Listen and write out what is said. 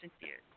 years